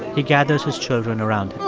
he gathers his children around him yeah,